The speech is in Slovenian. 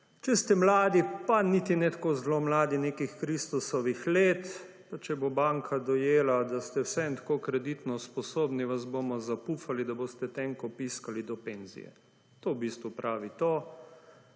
če ste mladi, pa niti ne tako zelo mladi, nekih kristusovih let, pa če bo banka dojela, da ste vseeno tako kreditno sposobni, vas bomo zapufali, da boste tenko piskali do penzije. To v bistvu pravi.